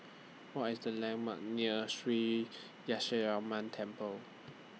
What IS The landmarks near Shree Temple